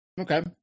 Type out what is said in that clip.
Okay